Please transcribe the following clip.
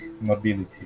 mobility